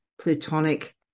plutonic